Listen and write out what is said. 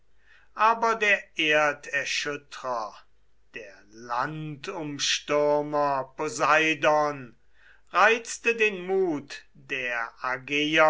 aber der erderschüttrer der landumstürmer poseidon reizte den mut der